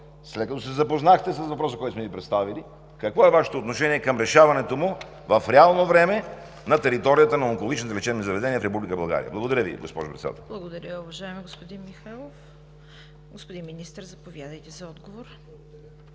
след като се запознахте с въпроса, който сме Ви представили, какво е Вашето отношение към решаването му в реално време на територията на онкологичните лечебни заведения в Република България? Благодаря. ПРЕДСЕДАТЕЛ ЦВЕТА КАРАЯНЧЕВА: Благодаря, уважаеми господин Михайлов. Господин Министър, заповядайте за отговор.